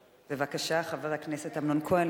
בבקשה, חבר הכנסת אמנון כהן.